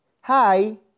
hi